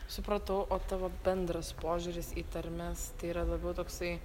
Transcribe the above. supratau o tavo bendras požiūris į tarmes yra labiau toksai